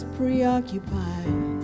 preoccupied